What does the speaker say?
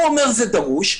הוא אומר: זה דרוש.